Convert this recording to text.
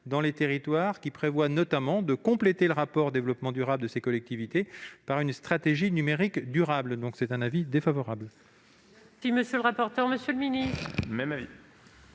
dans les territoires. Celle-ci prévoit notamment de compléter le rapport au développement durable de ces collectivités par une stratégie numérique durable. La commission a donc émis un avis défavorable.